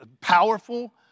powerful